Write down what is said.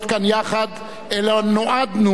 אלא נועדנו לחיות כאן יחד,